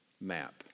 map